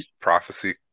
prophecy